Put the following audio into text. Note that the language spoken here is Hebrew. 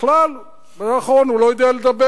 בכלל, בזמן האחרון הוא לא יודע לדבר.